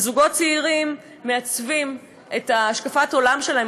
וזוגות צעירים מעצבים את השקפת העולם שלהם,